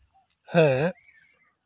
ᱦᱮᱸ